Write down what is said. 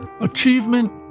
Achievement